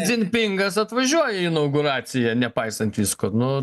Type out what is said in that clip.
dzimpingas atvažiuoja į inauguraciją nepaisant visko nu